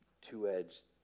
two-edged